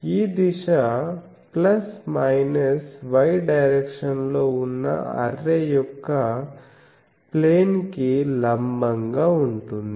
ఈ దిశ plus minus y direction లో ఉన్న అర్రే యొక్క ప్లేన్ కి లంబంగా ఉంటుంది